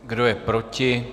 Kdo je proti?